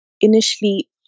initially